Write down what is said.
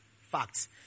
Facts